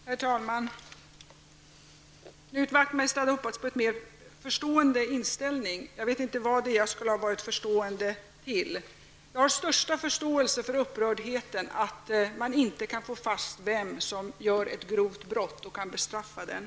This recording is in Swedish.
Herr talman! Knut Wachtmeister hade hoppats på en mer förstående inställning. Jag vet inte vad det är jag skulle ha varit förstående inför. Jag har den största förståelse för upprördheten över att man inte kan få fast den som gör ett grovt brott och bestraffa den.